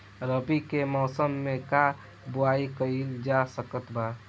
रवि के मौसम में का बोआई कईल जा सकत बा?